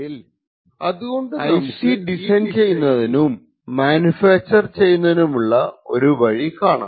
അതുകൊണ്ട് നമുക്ക് ഈ സ്ലൈഡിൽ IC ഡിസൈൻ ചെയ്യുന്നതിനും മാനുഫാക്ചർ ചെയ്യുന്നതിനുമുള്ള ഒരു വഴി കാണാം